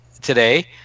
today